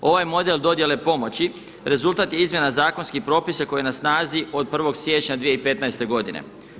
Ovaj model dodjele pomoći rezultat je izmjena zakonskih propisa koji je na snazi od 1. siječnja 2015. godine.